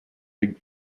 big